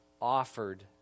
offered